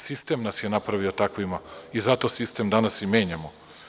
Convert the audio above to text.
Sistem nas je napravio takvima i zato sistem danas i menjamo.